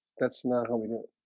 that's not home anymore